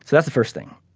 that's the first thing.